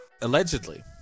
allegedly